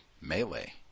melee